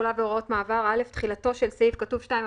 תחולה והוראות מעבר (א) תחילתו של סעיף..." - כתוב "2",